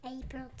April